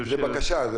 שהבקשה של